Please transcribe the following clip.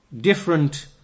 different